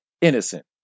innocent